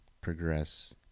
progress